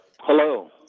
Hello